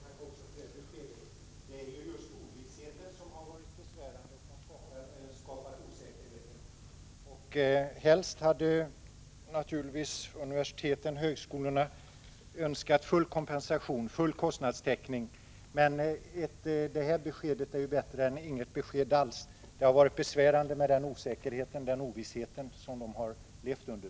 Herr talman! Jag ber att få tacka också för det här beskedet. Det är just ovissheten som varit besvärande och skapat osäkerhet. Helst hade naturligtvis universiteten och högskolorna önskat full kompensation. Men det här beskedet är bättre än inget besked alls. Det har varit besvärande med den ovisshet som man har levt under.